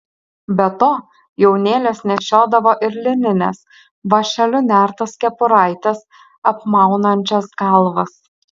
be to jaunėlės nešiodavo ir linines vąšeliu nertas kepuraites apmaunančias galvas